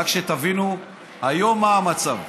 רק שתבינו מה המצב היום,